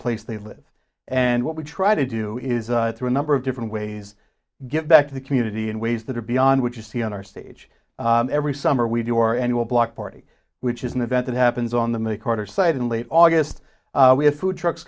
place they live and what we try to do is through a number of different ways give back to the community in ways that are beyond what you see on our stage every summer we do our annual block party which is an event that happens on the macarthur site in late august we have food trucks